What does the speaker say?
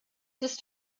ist